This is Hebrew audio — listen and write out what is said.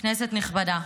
כנסת נכבדה,